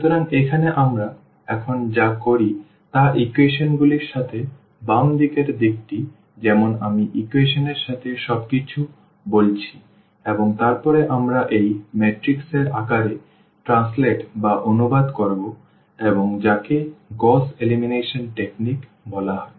সুতরাং এখানে আমরা এখন যা করি তা হল ইকুয়েশন গুলির সাথে বাম দিকের দিকটি যেমন আমি ইকুয়েশন এর সাথে সবকিছু বলেছি এবং তারপরে আমরা এই ম্যাট্রিক্স এর আকারে অনুবাদ করব এবং যাকে গউস এলিমিনেশন কৌশল বলা হয়